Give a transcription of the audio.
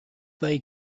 they